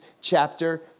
chapter